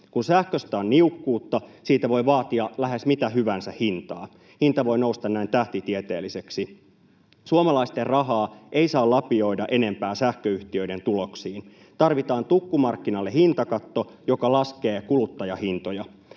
Kun sähköstä on niukkuutta, siitä voi vaatia lähes mitä hyvänsä hintaa. Hinta voi nousta näin tähtitieteelliseksi. Suomalaisten rahaa ei saa lapioida enempää sähköyhtiöiden tuloksiin. Tarvitaan tukkumarkkinalle hintakatto, joka laskee kuluttajahintoja.